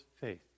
faith